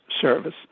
Service